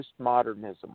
postmodernism